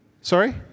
Sorry